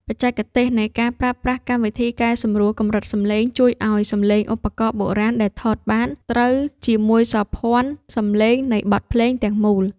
បច្ចេកទេសនៃការប្រើប្រាស់កម្មវិធីកែសម្រួលកម្រិតសំឡេង ជួយឱ្យសំឡេងឧបករណ៍បុរាណដែលថតបាន ត្រូវជាមួយសោភ័ណសំឡេងនៃបទភ្លេងទាំងមូល។